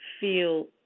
feel